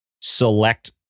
select